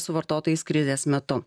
su vartotojais krizės metu